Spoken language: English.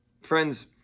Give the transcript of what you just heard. Friends